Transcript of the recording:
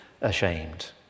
ashamed